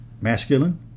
masculine